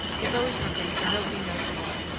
is always hunting for nobody knows what,